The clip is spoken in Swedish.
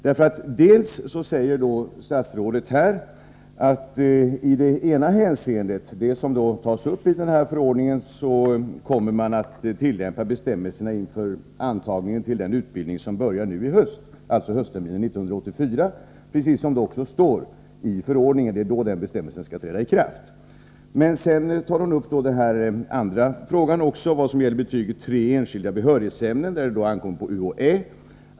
Statsrådet säger nämligen till att börja med att man i det ena hänseendet kommer att tillämpa de ändrade bestämmelserna i förordningen inför antagningen till den utbildning som börjar nu i höst, alltså höstterminen 1984 — enligt förordningen är det också då bestämmelsen skall träda i kraft. Därefter säger statsrådet beträffande den andra delen av frågan, som gäller betyget 3 i enskilda behörighetsämnen och där det ankommer på UHÄ.